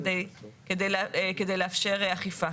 כדי לאפשר אכיפה.